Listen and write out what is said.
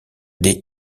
des